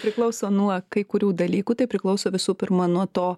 priklauso nuo kai kurių dalykų tai priklauso visų pirma nuo to